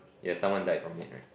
yeah someone died from it right